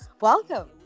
welcome